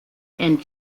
and